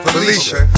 Felicia